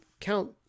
count